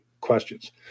questions